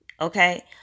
Okay